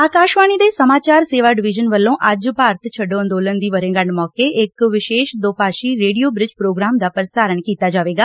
ਆਕਾਸ਼ਵਾਣੀ ਦੇ ਸਮਾਚਾਰ ਸੇਵਾ ਡਵੀਜ਼ਨ ਵੱਲੋਂ ਅੱਜ ਭਾਰਤ ਛੱਡੋ ਅੰਦੋਲਨ ਦੀ ਵਰੇਗੰਢ ਮੌਕੇ ਇਕ ਵਿਸ਼ੇਸ਼ ਦੋਭਾਸ਼ੀ ਰੇਡੀਓ ਬ੍ਰਿਜ਼ ਪੋਗਰਾਮ ਦਾ ਪੁਸਾਰਣ ਕੀਤਾ ਜਾਵੇਗਾ